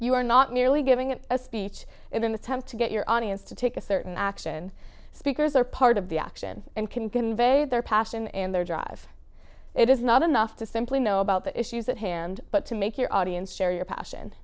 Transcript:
you are not merely giving a speech in the times to get your audience to take a certain action speakers are part of the action and can convey their passion and their drive it is not enough to simply know about the issues at hand but to make your audience share your passion